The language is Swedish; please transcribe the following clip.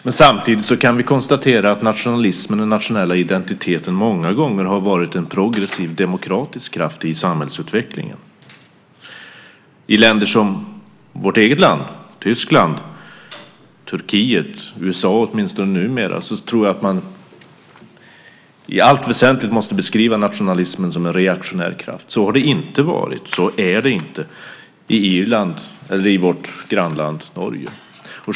Men samtidigt kan vi konstatera att nationalismen och den nationella identiteten många gånger har varit en progressiv och demokratisk kraft i samhällsutvecklingen. I länder som vårt eget, Tyskland, Turkiet och USA, åtminstone numera, tror jag att man i allt väsentligt måste beskriva nationalismen som en reaktionär kraft. Så har det inte varit, och så är det inte i Irland eller i vårt grannland Norge.